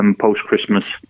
post-Christmas